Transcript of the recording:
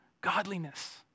godliness